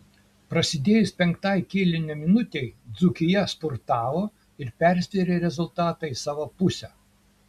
prasidėjus penktai kėlinio minutei dzūkija spurtavo ir persvėrė rezultatą į savo pusę